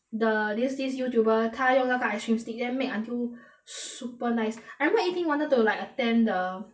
the these days youtuber 他用那个 ice cream stick then make until super nice err me if you wanted to like attend the